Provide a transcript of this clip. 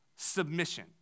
submission